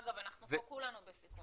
אגב, אנחנו פה כולנו בסיכון.